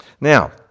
Now